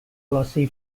glossy